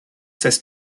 cesse